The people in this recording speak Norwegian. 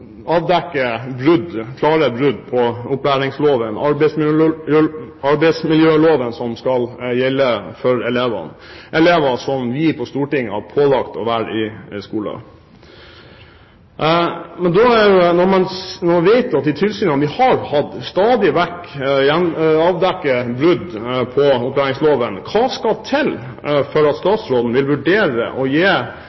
klare brudd på opplæringsloven – en arbeidsmiljølov som skal gjelde for elevene; elever som vi på Stortinget har pålagt å gå på skole. Men når vi vet at de tilsynene vi har hatt, stadig vekk avdekker brudd på opplæringsloven, hva skal til for at